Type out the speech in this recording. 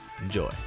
Enjoy